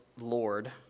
Lord